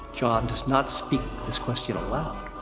jon does not speak this question aloud,